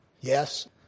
Yes